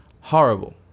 Horrible